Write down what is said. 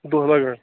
دۄہ لگان